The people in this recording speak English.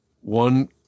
one